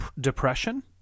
depression